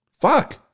Fuck